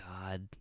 God